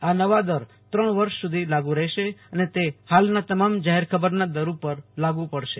આ નવા દર ત્રણ વર્ષ સુધી લાગુ રહેશે અને તે હાલના તમામ જાહેરખબરના દર ઉપર લાગુ પડશે